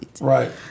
Right